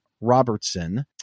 Robertson